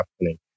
happening